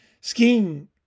Skiing